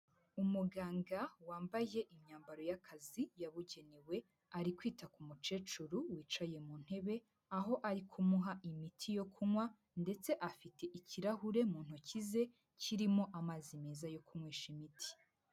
Umuganga wambaye imyambaro y'akazi yabugenewe, ari kwita ku mukecuru wicaye mu ntebe, aho ari kumuha imiti yo kunywa ndetse afite ikirahure mu ntoki ze, kirimo amazi meza yo kunywesha imiti.